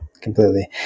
completely